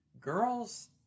girls